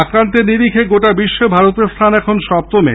আক্রান্তের নিরিখে গোটা বিশ্বে ভারতের স্থান এখন সপ্তমে